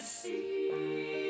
see